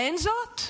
האין זאת?